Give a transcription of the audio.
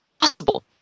possible